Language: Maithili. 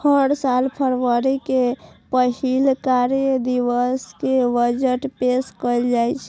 हर साल फरवरी के पहिल कार्य दिवस कें बजट पेश कैल जाइ छै